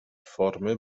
formy